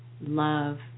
love